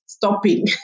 Stopping